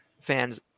fans –